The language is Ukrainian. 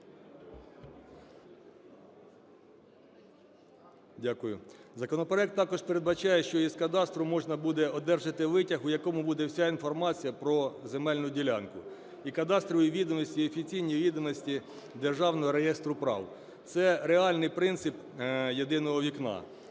Дякую. Законопроект також передбачає, що з кадастру можна буде одержати витяг, у якому буде вся інформація про земельну ділянку і кадастрові відомості, і офіційні відомості Державного реєстру прав. Це реальний принцип єдиного вікна.